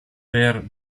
per